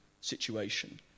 situation